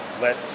let